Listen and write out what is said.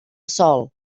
sol